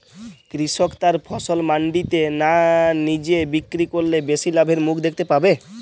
কৃষক তার ফসল মান্ডিতে না নিজে বিক্রি করলে বেশি লাভের মুখ দেখতে পাবে?